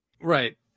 Right